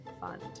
fund